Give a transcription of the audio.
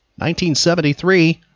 1973